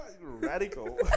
radical